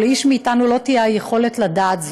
ולאיש מאתנו לא תהיה היכולת לדעת זאת.